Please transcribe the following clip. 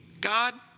God